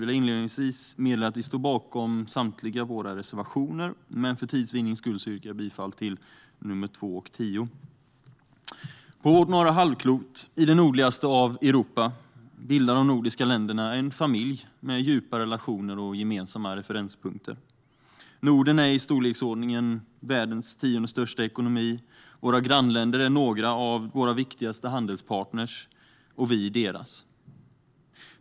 Vi i Sverigedemokraterna står bakom samtliga våra reservationer, men för tids vinnande yrkar jag bifall endast till nr 2 och 10. På vårt norra halvklot, i det nordligaste av Europa, bildar de nordiska länderna en familj med djupa relationer och gemensamma referenspunkter. Norden är i storleksordningen världens tionde största ekonomi. Våra grannländer är några av våra viktigaste handelspartner och vi deras.